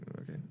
Okay